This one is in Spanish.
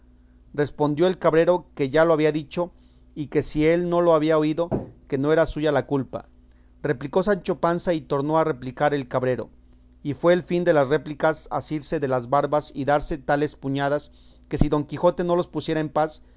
respondió el cabrero que ya lo había dicho y que si él no lo había oído que no era suya la culpa replicó sancho panza y tornó a replicar el cabrero y fue el fin de las réplicas asirse de las barbas y darse tales puñadas que si don quijote no los pusiera en paz